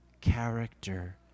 character